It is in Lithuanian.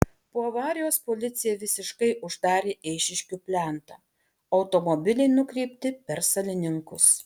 po avarijos policija visiškai uždarė eišiškių plentą automobiliai nukreipti per salininkus